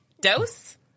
Dose